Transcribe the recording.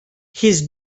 his